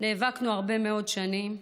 נאבקנו הרבה מאוד שנים,